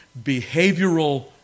behavioral